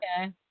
Okay